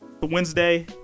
Wednesday